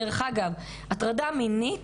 דרך אגב, הטרדה מינית